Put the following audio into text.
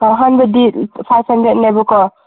ꯑꯍꯥꯟꯕꯗꯤ ꯐꯥꯏꯚ ꯍꯟꯗ꯭ꯔꯦꯠꯅꯦꯕꯀꯣ